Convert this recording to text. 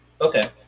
Okay